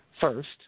First